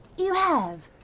you have?